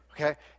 Okay